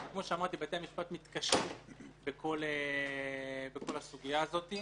כמו שאמרתי, בתי המשפט מתקשים בכל הסוגיה הזאת,